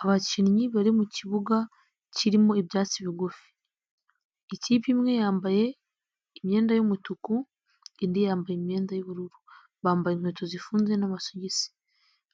Abakinnyi bari mu kibuga kirimo ibyatsi bigufi, ikipe imwe yambaye imyenda y'umutuku, indi yambaye imyenda y'ubururu, bambaye inkweto zifunze n'amasogisi,